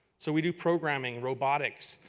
so we do programming, robotics,